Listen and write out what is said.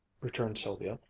returned sylvia,